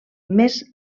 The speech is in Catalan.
més